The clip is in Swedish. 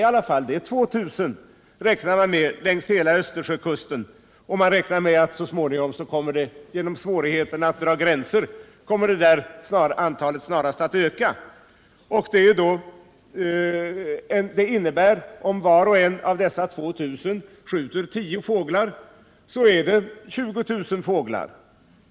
Det är enligt vad man räknar med 2 000 jägare längs hela Östersjökusten som det gäller, och på grund av svårigheterna att dra gränser väntar man att antalet snarast kommer att öka. Om var och en av de 2000 jägarna skjuter tio fåglar, blir det 20000 fåglar som går åt.